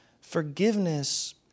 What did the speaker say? Forgiveness